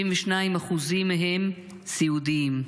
72% מהם סיעודיים.